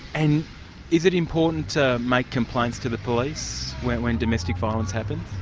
and is it important to make complaints to the police when when domestic violence happens?